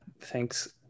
thanks